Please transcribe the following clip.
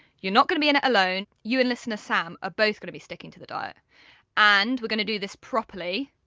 you're not going to be in it alone. you and listener sam are ah both going to be sticking to the diet and we're going to do this properly.